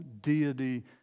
deity